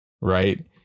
right